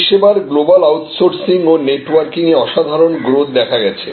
পরিষেবার global outsourcing ও networking এ অসাধারণ গ্রোথ দেখা গেছে